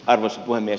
arvoisa puhemies